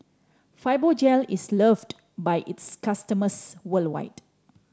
Fibogel is loved by its customers worldwide